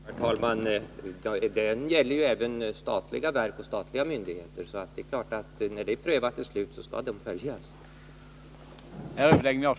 Herr talman! Lagen gäller även statliga verk och statliga myndigheter, så det är klart att den skall följas när ärendet har slutligt prövats.